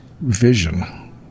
vision